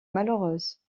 malheureuses